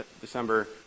December